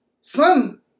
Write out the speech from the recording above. son